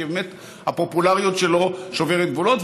כי באמת הפופולריות שלו שוברת גבולות,